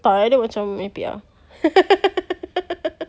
entah dia macam merepek ah